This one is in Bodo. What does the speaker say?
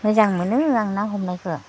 मोजां मोनो आं ना हमनायखो